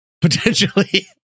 potentially